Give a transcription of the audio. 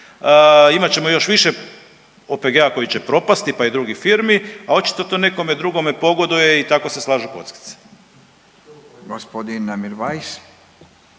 imat ćemo još više OPG-a koji će propasti, pa i drugih firmi, a očito to nekome drugome pogoduje i tako se slažu kockice. **Radin, Furio